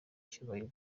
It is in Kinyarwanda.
icyubahiro